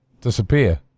Disappear